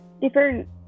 different